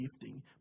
gifting